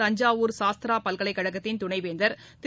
தஞ்சாவூர் சாஸ்த்ரா பல்கலைக்கழகத்தின் துணைவேந்தர் திரு